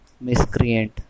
Miscreant